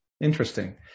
Interesting